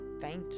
faint